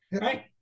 Right